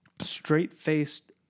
straight-faced